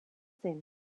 zen